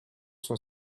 son